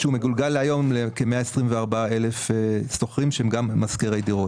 שמגולגל היום לכ-124,000 שוכרים שהם גם משכירי דירות.